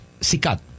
Sikat